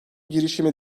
girişimi